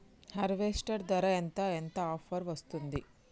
Harvester ధర ఎంత ఎంత ఆఫర్ వస్తుంది?